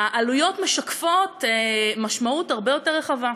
העלויות משקפות משמעות הרבה יותר רחבה.